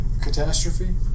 catastrophe